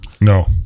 No